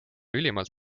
ülimalt